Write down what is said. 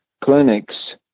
clinics